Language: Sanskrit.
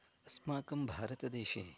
अस्माकं भारतदेशे